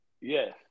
Yes